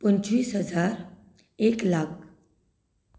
पंचवीस हजार एक लाख